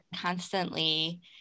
constantly